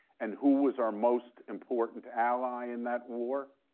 and who was our most important ally in that war?